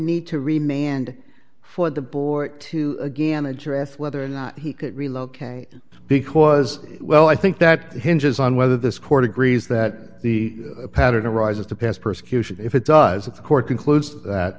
need to remain and for the board to again address whether or not he could relocate because well i think that hinges on whether this court agrees that the pattern rises to past persecution if it does the court concludes that